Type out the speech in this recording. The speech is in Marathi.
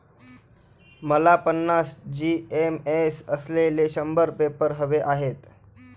मला पन्नास जी.एस.एम असलेले शंभर पेपर हवे आहेत